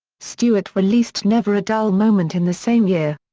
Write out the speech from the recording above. stewart released never a dull moment in the same year.